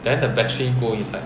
then the battery go inside